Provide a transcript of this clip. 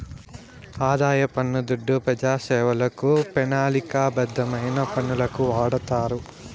ఆదాయ పన్ను దుడ్డు పెజాసేవలకు, పెనాలిక బద్ధమైన పనులకు వాడతారు